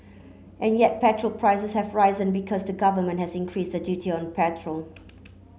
and yet petrol prices have risen because the government has increased the duty on petrol